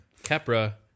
Capra